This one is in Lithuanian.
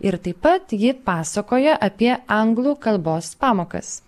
ir taip pat ji pasakoja apie anglų kalbos pamokas